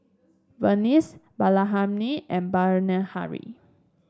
Verghese Bilahamni and Bilahari